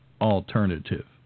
alternative